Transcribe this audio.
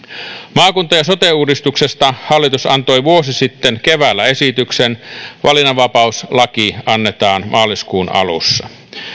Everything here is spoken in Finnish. maakunta ja sote uudistuksesta hallitus antoi vuosi sitten keväällä esityksen valinnanvapauslaki annetaan maaliskuun alussa